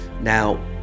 Now